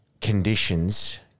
conditions